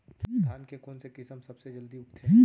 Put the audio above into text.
धान के कोन से किसम सबसे जलदी उगथे?